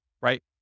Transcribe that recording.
right